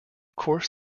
course